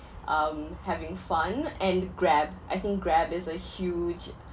um having fun and grab I think Grab is a huge